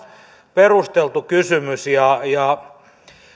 perusteltu kysymys ja ja